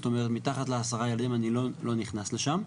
זאת אומרת, מתחת ל-10 ילדים אני לא נכנס לשם.